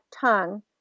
tongue